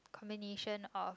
combination of